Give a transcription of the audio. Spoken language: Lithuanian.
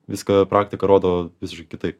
viską praktika rodo visiškai kitaip